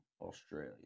Australia